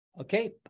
Okay